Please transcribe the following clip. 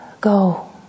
go